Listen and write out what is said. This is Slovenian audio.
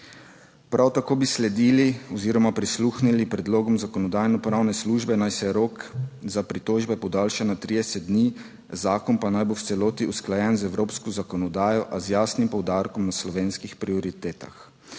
(SC) – 12.30 (nadaljevanje) predlogom Zakonodajno-pravne službe, naj se rok za pritožbe podaljša na 30 dni, zakon pa naj bo v celoti usklajen z evropsko zakonodajo, a z jasnim poudarkom na slovenskih prioritetah.